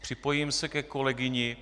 Připojím se ke kolegyni.